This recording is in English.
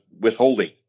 withholding